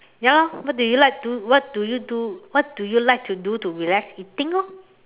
ya lor what do you like to what do you do what do you like to do to relax eating orh